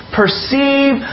perceive